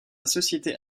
société